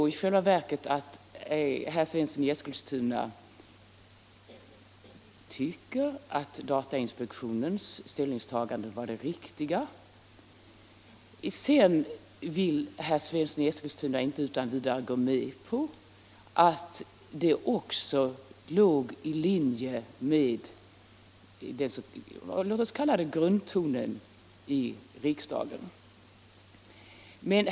Herr Svensson i Eskilstuna tycker väl i själva verket att datainspektionens ställningstagande var det riktiga. Sedan vill herr Svensson i Eskilstuna inte utan vidare gå med på att det också låg i linje med låt oss kalla det grundtonen i riksdagen.